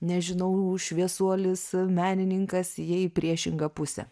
nežinau šviesuolis menininkas ėjai į priešingą pusę